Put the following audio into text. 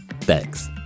thanks